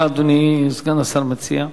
מה אדוני סגן השר מציע?